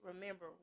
remember